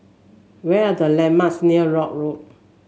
what are the landmarks near Lock Road